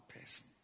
person